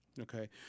Okay